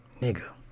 Nigga